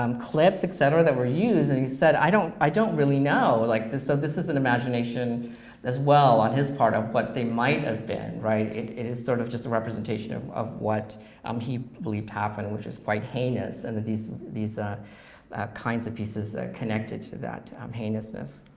um clips, et cetera that were used? and he said, i don't i don't really know. like this so this is an imagination as well on his part of what they might have been. it it is sort of just a representation of of what um he believed happened, which is quite heinous, and that these these kinds of pieces connected to that um heinousness.